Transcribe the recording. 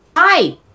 hi